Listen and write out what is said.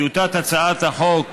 טיוטת הצעת החוק